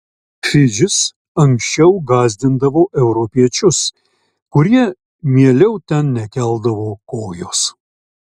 fidžis anksčiau gąsdindavo europiečius kurie mieliau ten nekeldavo kojos